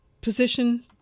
position